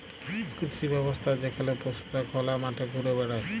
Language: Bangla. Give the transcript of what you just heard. কৃষি ব্যবস্থা যেখালে পশুরা খলা মাঠে ঘুরে বেড়ায়